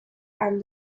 and